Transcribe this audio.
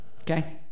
okay